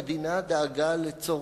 המדינה דאגה לצורכיהם.